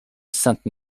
sainte